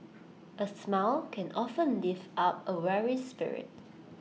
A smile can often lift up A weary spirit